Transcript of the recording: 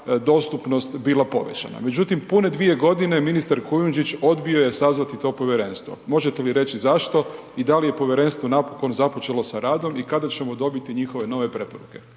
se ne razumije/… Međutim, pune dvije godine ministar Kujundžić odbio je sazvati to povjerenstvo, možete li reći zašto i da li je povjerenstvo napokon započelo sa radom i kada ćemo dobiti njihove nove preporuke?